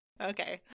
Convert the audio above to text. Okay